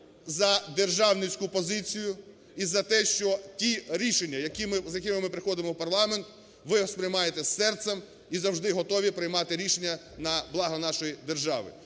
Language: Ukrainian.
за державницьку позицію і за те, що ті рішення, з якими ми приходимо в парламент, ви сприймаєте з серцем і завжди готові приймати рішення на благо нашої держави.